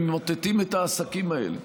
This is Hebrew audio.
ממוטטים את העסקים האלה,